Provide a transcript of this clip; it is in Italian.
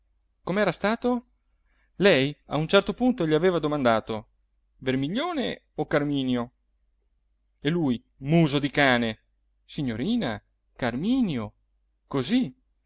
com'era stato lei a un certo punto gli aveva domandato vermiglione o carminio e lui muso di cane signorina carminio così